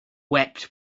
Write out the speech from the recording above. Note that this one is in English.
wept